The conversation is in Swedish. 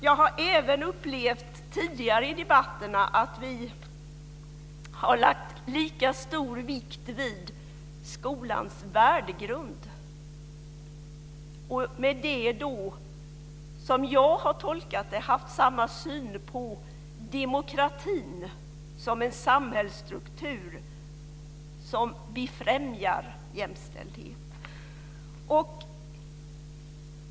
Jag har även tidigare i debatterna upplevt att vi lagt lika stor vikt vid skolans värdegrund och, som jag tolkat det, haft samma syn på demokratin som en samhällsstruktur som främjar jämställdhet.